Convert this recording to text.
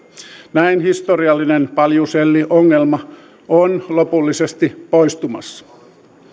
näin historiallinen paljuselliongelma on lopullisesti poistumassa